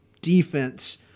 defense